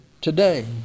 today